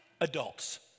adults